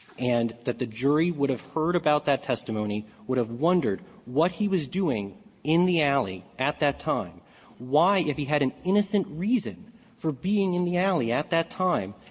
and that the jury would have heard about that testimony, would have wondered what he was doing in the alley at that time why, if he had an innocent reason for being in the alley at that time,